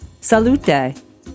Salute